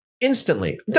instantly